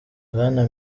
bwana